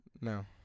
No